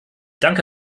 danke